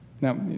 now